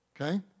Okay